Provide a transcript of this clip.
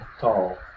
tall